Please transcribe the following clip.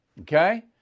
okay